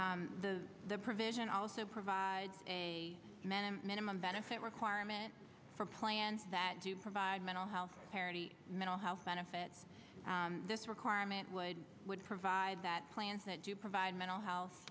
s the the provision also provides a minute minimum benefit requirement for a plan that to provide mental health parity mental health benefits this requirement would would provide that plans that do provide mental health